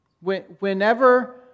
Whenever